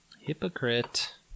Hypocrite